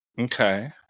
Okay